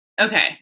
Okay